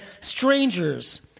strangers